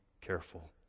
careful